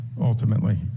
ultimately